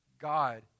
God